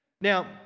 Now